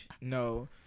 no